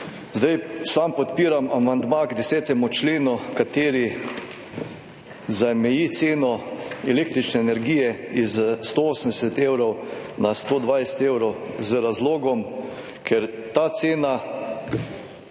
Zdaj sam podpiram amandma k 10. členu, kateri zameji ceno električne energije iz 180 evrov na 120 evrov, z razlogom, ker ta cena